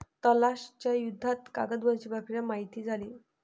तलाश च्या युद्धात कागद बनवण्याची प्रक्रिया माहित झाली